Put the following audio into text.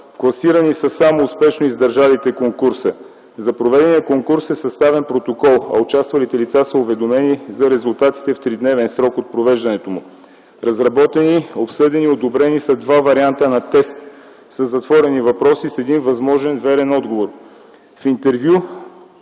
Класирани са само успешно издържалите конкурса. За проведения конкурс е съставен протокол, а участвалите лица са уведомени за резултатите в тридневен срок от провеждането му. Разработени, обсъдени и одобрени са два варианта на тест със затворени въпроси, с един възможен верен отговор. До интервю